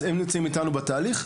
אז הם נמצאים איתנו בתהליך.